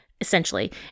essentially